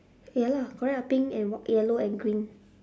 ya lah correct ah pink and yellow and green